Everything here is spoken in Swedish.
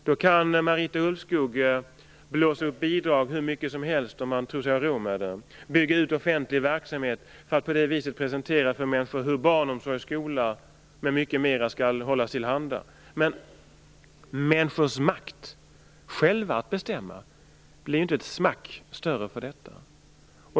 Då kan Marita Ulvskog blåsa upp bidragen hur mycket som helst - om man tror sig ha råd med det - och bygga ut den offentliga verksamheten för att på det viset kunna presentera för människor hur barnomsorg, skola m.m. skall hållas till handa. Men människors makt att själva bestämma blir inte ett smack större för det!